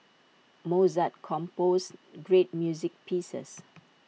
Mozart composed great music pieces